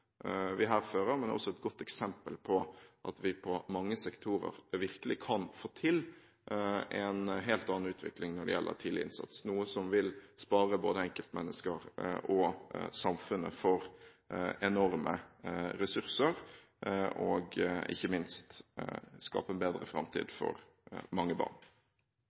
vi her fører, men det er også et godt eksempel på at vi i mange sektorer virkelig kan få til en helt annen utvikling når det gjelder tidlig innsats, noe som vil spare både enkeltmennesker og samfunnet for enorme ressurser, og ikke minst skape en bedre framtid for mange barn.